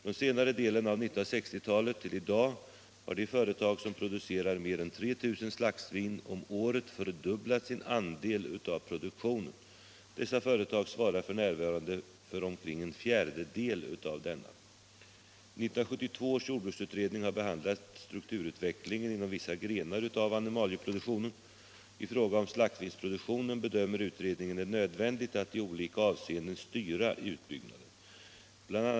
Från senare delen av 1960-talet till i dag har de företag som producerar mer än 3 000 slaktsvin om året fördubblat sin andel av produktionen. Dessa företag svarar f. n. för omkring en fjärdedel av denna. 1972 års jordbruksutredning har behandlat strukturutvecklingen inom vissa grenar av animalieproduktionen. I fråga om slaktsvinsproduktionen bedömer utredningen det nödvändigt att i olika avseenden styra utbyggnaden. Bl.